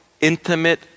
intimate